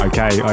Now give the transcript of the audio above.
Okay